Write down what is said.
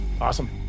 Awesome